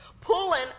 pulling